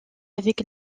avec